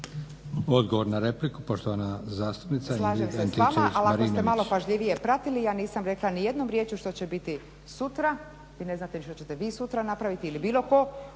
Marinović, Ingrid (SDP)** Slažem se s vama, ali ako ste malo pažljivije pratili ja nisam rekla ni jednom riječju što će biti sutra i ne znate što ćete vi sutra napraviti ili bilo tko